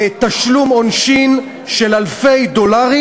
תשלום עונשין של אלפי דולרים,